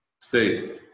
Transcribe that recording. State